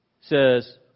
says